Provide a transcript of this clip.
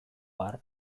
har